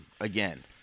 again